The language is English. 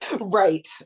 right